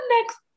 next